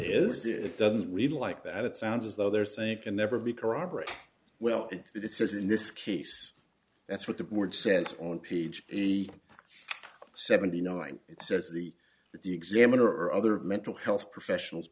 is it doesn't read like that it sounds as though they're saying can never be corroborated well it says in this case that's what the board says on page the seventy nine it says the that the examiner other mental health professionals